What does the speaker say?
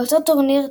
באותו טורניר,